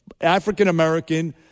African-American